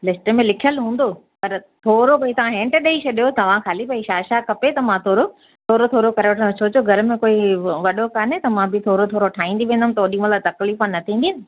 list में लिखियल हूंदो पर थोरो भई तव्हां हिंट ॾेई छॾियो तव्हां खाली भई छा छा खपे त मां थोरो थोरो थोरो करण सां सोचो घर में कोई वॾो काने त मां बि थोरो थोरो ठाहींदी वेंदव त होॾीमहिल तकलीफ़ न थींदी